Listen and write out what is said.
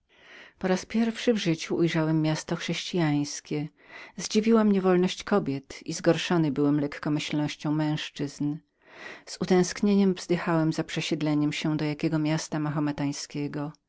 po raz pierwszy w życiu ujrzałem miasto chrześcijańskie zdziwiła mnie wolność kobiet i zgorszony byłem lekkomyślnością męzczyzn z utęsknieniem wzdychałem za przesiedleniem się do jakiego miasta